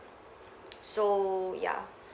so ya